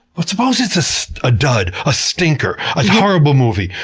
but suppose it's so a dud, a stinker, a horrible movie.